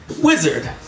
wizard